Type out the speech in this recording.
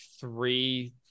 three